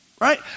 right